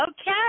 Okay